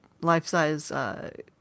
life-size